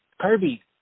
Kirby